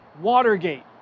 Watergate